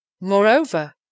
Moreover